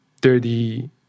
dirty